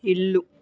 ఇల్లు